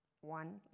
one